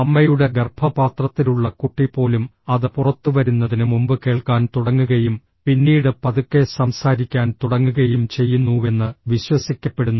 അമ്മയുടെ ഗർഭപാത്രത്തിലുള്ള കുട്ടി പോലും അത് പുറത്തുവരുന്നതിന് മുമ്പ് കേൾക്കാൻ തുടങ്ങുകയും പിന്നീട് പതുക്കെ സംസാരിക്കാൻ തുടങ്ങുകയും ചെയ്യുന്നുവെന്ന് വിശ്വസിക്കപ്പെടുന്നു